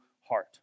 heart